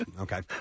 Okay